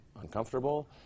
uncomfortable